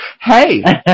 Hey